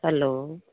hello